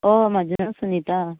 ओ म्हजें नांव सुनिता